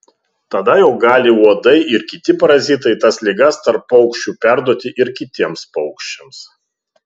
tada jau gali uodai ir kiti parazitai tas ligas tarp paukščių perduoti ir kitiems paukščiams